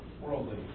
worldly